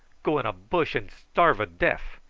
go in a bush and starve a deff.